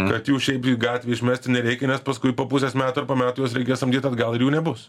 kad jų šiaip į gatvę išmesti nereikia nes paskui po pusės metų ar po metų juos reikės samdyt atgal ir jų nebus